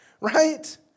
right